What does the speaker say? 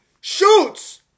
Shoots